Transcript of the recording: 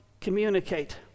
communicate